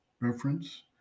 Reference